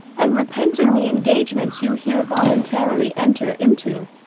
and repenting the engagements you here voluntarily enter into,